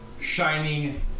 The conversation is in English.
Shining